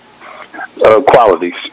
qualities